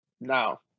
Now